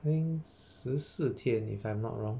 I think 十四天 if I'm not wrong